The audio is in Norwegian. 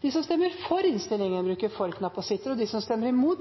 de vil stemme imot.